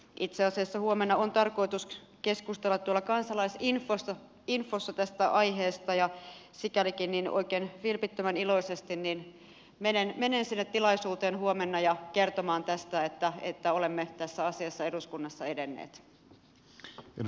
itse asiassa huomenna on tarkoitus keskustella kansalaisinfossa tästä aiheesta ja sikälikin oikein vilpittömän iloisesti menen sinne tilaisuuteen huomenna kertomaan että olemme tässä asiassa eduskunnassa edenneet